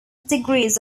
degrees